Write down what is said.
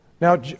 Now